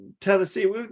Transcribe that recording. Tennessee